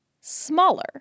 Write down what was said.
smaller